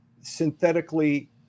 synthetically